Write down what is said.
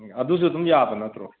ꯑꯗꯨꯁꯨ ꯑꯗꯨꯝ ꯌꯥꯕ ꯅꯠꯇ꯭ꯔꯣ